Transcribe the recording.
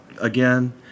again